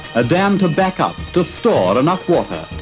a dam to back up, to store enough water,